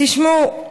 תשמעו,